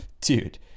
dude